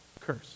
curse